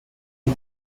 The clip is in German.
die